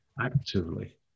actively